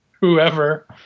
whoever